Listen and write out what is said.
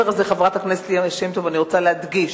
חברת הכנסת ליה שמטוב, מעבר לזה, אני רוצה להדגיש